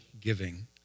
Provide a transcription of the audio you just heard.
giving